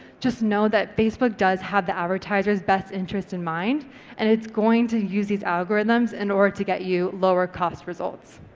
just know that facebook does have the advertisers best interest in mind and it's going to use these algorithms in order to get you lower cost results.